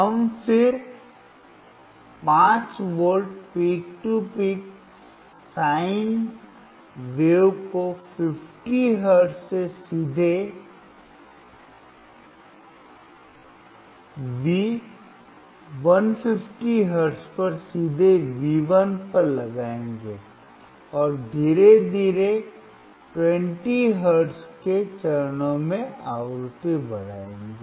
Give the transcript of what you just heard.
हम फिर 5 V peak to peak sine लहर को 50 हर्ट्ज से सीधे V 150 हर्ट्ज पर सीधे V1 पर लगाएंगे और धीरे धीरे 20 हर्ट्ज के चरणों में आवृत्ति बढ़ाएंगे